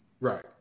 Right